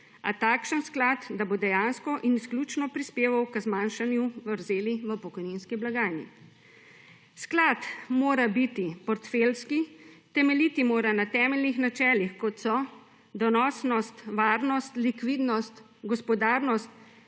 a takšen sklad, da bo dejansko in izključno prispeval k zmanjšanju vrzeli v pokojninski blagajni. Sklad mora biti portfeljski, temeljiti mora na temeljnih načelih, kot so donosnost, varnost, likvidnost, gospodarnost,